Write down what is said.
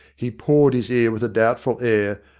he pawed his ear with a doubtful air,